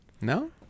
no